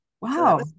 Wow